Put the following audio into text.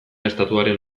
estatuaren